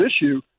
issue